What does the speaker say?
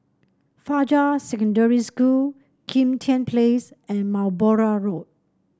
Fajar Secondary School Kim Tian Place and Balmoral Road